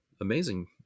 amazing